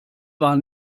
war